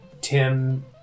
Tim